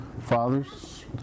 fathers